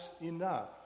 enough